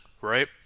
right